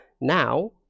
Now